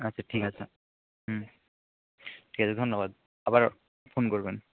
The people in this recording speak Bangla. আচ্ছা ঠিক আছে ঠিক আছে ধন্যবাদ আবার ফোন করবেন